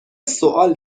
سؤال